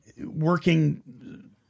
working